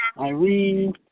Irene